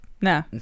No